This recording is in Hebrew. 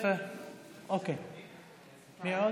מי עוד?